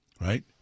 right